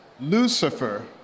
Lucifer